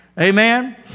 Amen